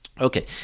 okay